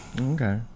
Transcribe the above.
Okay